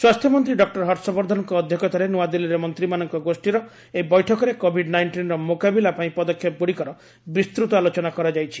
ସ୍ୱାସ୍ଥ୍ୟମନ୍ତ୍ରୀ ଡକ୍ଟର ହର୍ଷ ବର୍ଦ୍ଧନଙ୍କ ଅଧ୍ୟକ୍ଷତାରେ ନ୍ତଆଦିଲ୍ଲୀରେ ମନ୍ତ୍ରିମାନଙ୍କ ଗୋଷୀର ଏହି ବୈଠକରେ କୋଭିଡ ନାଇଷ୍ଟିନ୍ର ମୁକାବିଲା ପାଇଁ ପଦକ୍ଷେପ ଗୁଡ଼ିକର ବିସ୍ତୃତ ଆଲୋଚନା କରାଯାଇଛି